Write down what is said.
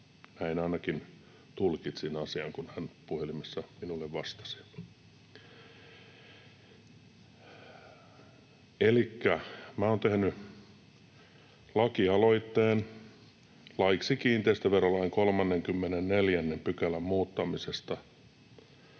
näin ainakin tulkitsin asian, kun hän puhelimessa minulle vastasi. Elikkä minä olen tehnyt lakialoitteen laiksi kiinteistöverolain 34 §:n muuttamisesta.